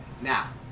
Now